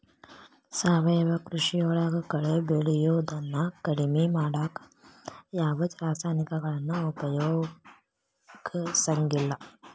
ಸಾವಯವ ಕೃಷಿಯೊಳಗ ಕಳೆ ಬೆಳಿಯೋದನ್ನ ಕಡಿಮಿ ಮಾಡಾಕ ಯಾವದ್ ರಾಸಾಯನಿಕಗಳನ್ನ ಉಪಯೋಗಸಂಗಿಲ್ಲ